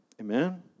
Amen